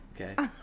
Okay